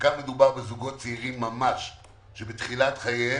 כאן מדובר בזוגות צעירים ממש שהם בתחילת חייהם,